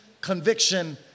conviction